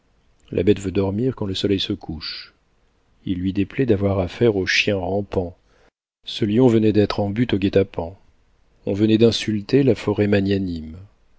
la bête veut dormir quand le soleil se couche il lui déplaît d'avoir affaire aux chiens rampants ce lion venait d'être en butte aux guet-apens on venait d'insulter la forêt magnanime